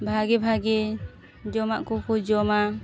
ᱵᱷᱟᱜᱮᱼᱵᱷᱟᱜᱮ ᱡᱚᱢᱟᱜ ᱠᱚᱠᱚ ᱡᱚᱢᱟ